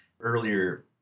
earlier